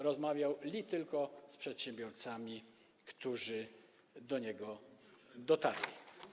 Rozmawiał li tylko z przedsiębiorcami, którzy do niego dotarli.